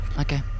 Okay